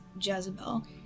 Jezebel